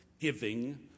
giving